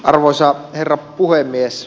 arvoisa herra puhemies